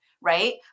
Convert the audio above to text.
right